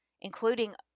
including